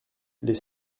les